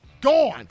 gone